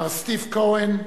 מר סטיב כהן,